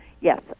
Yes